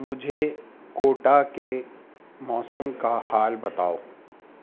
مجھے کوٹا کے موسم کا حال بتاؤ